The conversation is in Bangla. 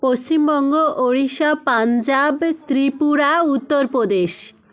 পশ্চিমবঙ্গ ওড়িশা পাঞ্জাব ত্রিপুরা উত্তরপ্রদেশ